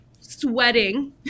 sweating